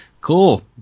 cool